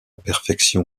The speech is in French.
perfection